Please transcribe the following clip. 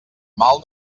mal